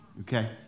okay